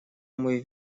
мой